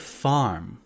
farm